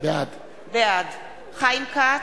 בעד חיים כץ,